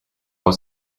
was